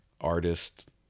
artist